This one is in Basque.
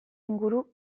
inguru